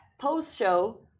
Post-show